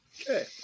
Okay